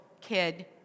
kid